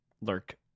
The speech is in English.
lurk